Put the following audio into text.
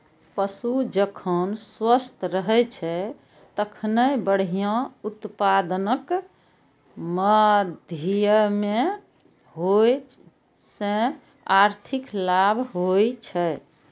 पशु जखन स्वस्थ रहै छै, तखने बढ़िया उत्पादनक माध्यमे ओइ सं आर्थिक लाभ होइ छै